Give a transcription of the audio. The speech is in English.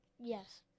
Yes